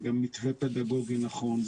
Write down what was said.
זה גם מתווה פדגוגי נכון,